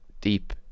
deep